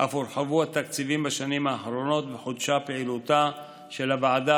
אף הורחבו התקציבים בשנים האחרונות וחודשה פעילותה של הוועדה